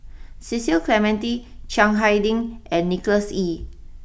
Cecil Clementi Chiang Hai Ding and Nicholas Ee